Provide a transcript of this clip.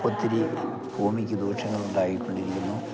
ഒത്തിരി ഭൂമിക്ക് ദോഷങ്ങൾ ഉണ്ടായിക്കൊണ്ടിരിക്കുന്നു